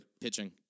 pitching